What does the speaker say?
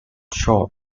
shot